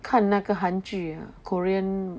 看那个韩剧 ah Korean